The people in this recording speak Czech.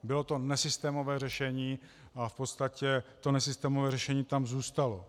Bylo to nesystémové řešení a v podstatě to nesystémové řešení tam zůstalo.